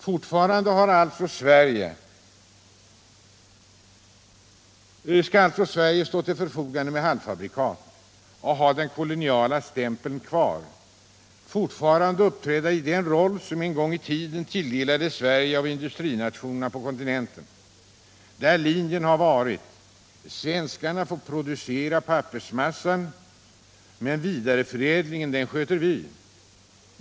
Fortfarande skall alltså Sverige stå till förfogande med halvfabrikat och ha den koloniala stämpeln kvar, fortfarande uppträda i den roll som en gång i tiden tilldelades Sverige av industrinationerna på kontinenten. Linjen har varit: Svenskarna får producera pappersmassan, men vidareförädlingen sköter vi.